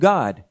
God